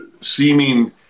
seeming